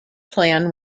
plan